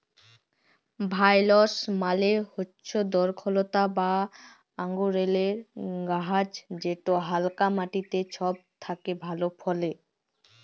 ভাইলস মালে হচ্যে দরখলতা বা আঙুরেল্লে গাহাচ যেট হালকা মাটিতে ছব থ্যাকে ভালো ফলে